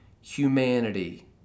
humanity